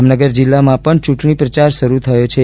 જામનગર જિલ્લામાં પણ ચૂંટણી પ્રચાર શરૂ થયો છે